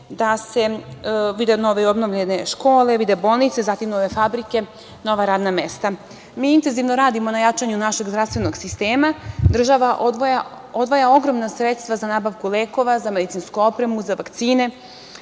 pruge, vide nove i obnovljene škole, vide bolnice, nove fabrike, nova radna mesta. Mi intenzivno radimo na jačanju našeg zdravstvenog sistem. Država odvaja ogromna sredstva za nabavku lekova, za medicinsku opremu, za vakcine.